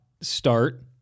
start